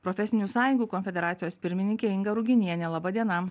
profesinių sąjungų konfederacijos pirmininkė inga ruginienė laba diena